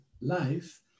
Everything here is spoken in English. life